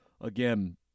again